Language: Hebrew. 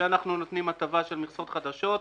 כשאנחנו נותנים הטבה של מכסות חדשות,